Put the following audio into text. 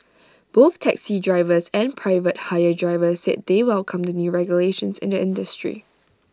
both taxi drivers and private hire drivers said they welcome the new regulations in the industry